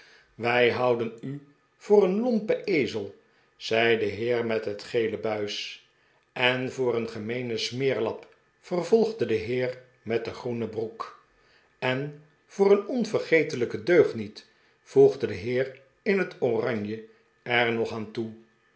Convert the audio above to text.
wij houden u voor een lompen ezel zei de heer met het gele buis en voor een gemeenen smeerlap vervolgde de heer met de groene broek en voor een onverbeterlijken deugniet voegde de heer in het oranje er nog aan toe